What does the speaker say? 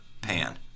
pan